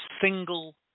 single